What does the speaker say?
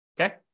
Okay